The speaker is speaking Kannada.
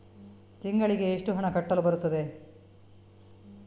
ತಿಂಗಳಿಗೆ ಎಷ್ಟು ಹಣ ಕಟ್ಟಲು ಬರುತ್ತದೆ?